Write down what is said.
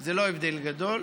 זה לא הבדל גדול.